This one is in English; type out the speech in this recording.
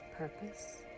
purpose